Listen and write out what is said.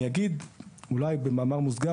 אני אגיד אולי במאמר מוסגר,